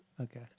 Okay